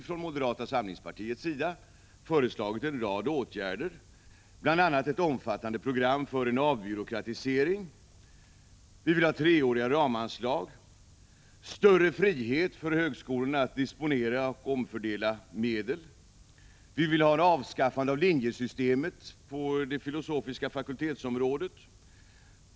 Från moderata samlingspartiets sida har vi föreslagit en rad åtgärder, bl.a. ett omfattande program för en avbyråkratisering. Vi vill ha treåriga ramanslag och större frihet för högskolorna att disponera och omfördela medel. Vi vill se ett avskaffande av linjesystemet på de filosofiska fakulteterna.